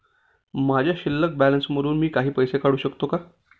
माझ्या शिल्लक बॅलन्स मधून मी काही पैसे काढू शकतो का?